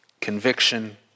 Conviction